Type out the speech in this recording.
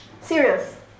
Serious